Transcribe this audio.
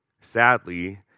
sadly